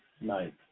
night